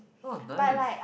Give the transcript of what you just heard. !wah! nice